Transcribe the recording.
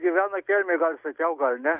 gyvena kelmėj gal sakiau gal ne